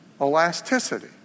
elasticity